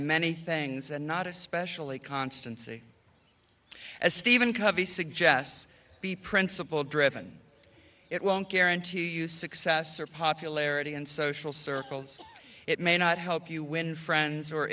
many things and not especially constancy as stephen covey suggests the principle driven it won't guarantee you success or popularity and social circles it may not help you win friends or